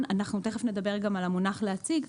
לקונה, אנחנו תיכף נדבר גם על המונח להציג,